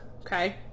Okay